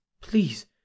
Please